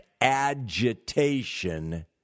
agitation